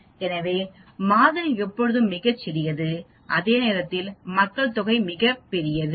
எனவே மாதிரி எப்போதும் மிகச் சிறியது அதே நேரத்தில் மக்கள் தொகை மிகப் பெரியது